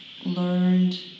learned